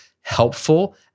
helpful